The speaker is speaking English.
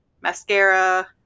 mascara